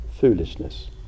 foolishness